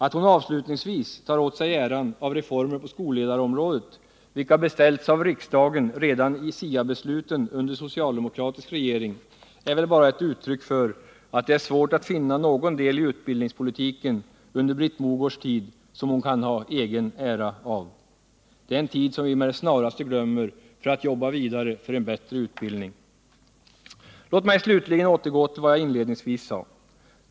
Att hon avslutningsvis tar åt sig äran av reformer på skolledarområdet, vilka beställts av riksdagen redan i SIA-besluten under socialdemokratisk regering, är väl bara ett uttryck för att det är svårt finna någon del i utbildningspolitiken under Britt Mogårds tid som hon kan ha egen ära av. Det är en tid som vi med det snaraste glömmer för att jobba vidare för en bättre utbildning. Låt mig slutligen återgå till vad jag inledningsvis sade.